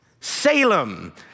Salem